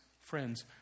friends